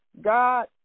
God